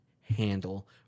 handle